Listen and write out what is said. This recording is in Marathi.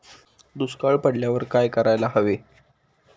दुष्काळ पडल्यावर काय करायला हवे?